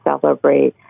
celebrate